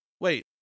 wait